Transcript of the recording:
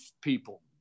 people